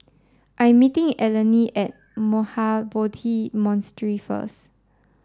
I'm meeting Eleni at Mahabodhi Monastery first